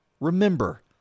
remember